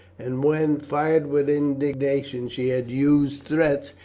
and when, fired with indignation, she had used threats,